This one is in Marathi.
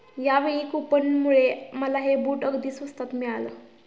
यावेळी कूपनमुळे मला हे बूट अगदी स्वस्तात मिळाले